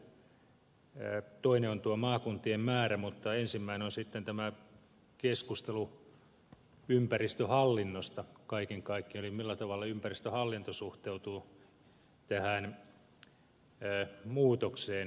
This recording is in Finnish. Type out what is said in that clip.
toinen on tuo maakuntien määrä mutta ensimmäinen on sitten tämä keskustelu ympäristöhallinnosta kaiken kaikkiaan eli siitä millä tavalla ympäristöhallinto suhteutuu tähän muutokseen